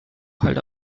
halt